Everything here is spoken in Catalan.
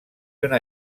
una